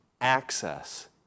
access